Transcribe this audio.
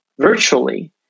virtually